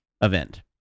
event